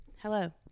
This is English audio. hello